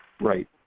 Right